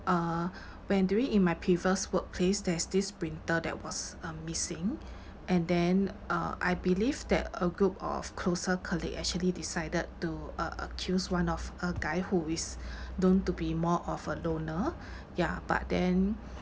uh when during in my previous workplace there is this printer that was um missing and then uh I believe that a group of closer colleague actually decided to uh accuse one of a guy who is known to be more of a loner ya but then